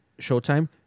Showtime